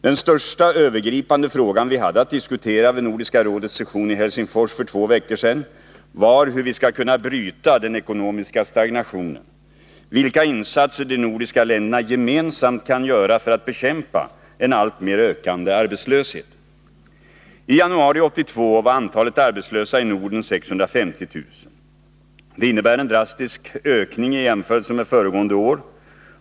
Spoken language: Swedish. Den största övergripande fråga vi hade att diskutera vid Nordiska rådets session i Helsingfors för två veckor sedan var hur vi skall kunna bryta den ekonomiska stagnationen, vilka insatser de nordiska länderna gemensamt kan göra för att bekämpa en alltmer ökande arbetslöshet. I januari 1982 var antalet arbetslösa i Norden 650 000. Det innebär en drastisk ökning i jämförelse med föregående år.